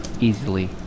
Easily